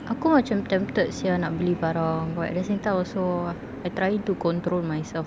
aku macam tempted sia nak beli barang but at the same time also I'm trying to control myself